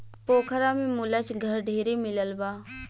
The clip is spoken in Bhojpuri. पोखरा में मुलच घर ढेरे मिलल बा